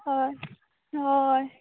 हय हय